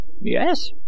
yes